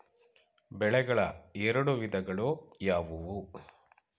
ಬೆಳೆಗಳ ಎರಡು ವಿಧಗಳು ಯಾವುವು?